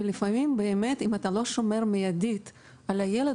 לפעמים אם אתה לא שומר מיידית על הילד,